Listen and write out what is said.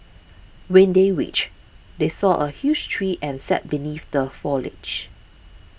when they reached they saw a huge tree and sat beneath the foliage